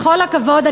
בכל הכבוד,